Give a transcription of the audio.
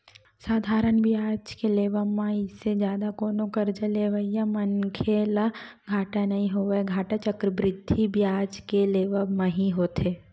साधारन बियाज के लेवब म अइसे जादा कोनो करजा लेवइया मनखे ल घाटा नइ होवय, घाटा चक्रबृद्धि बियाज के लेवब म ही होथे